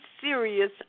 serious